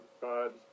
God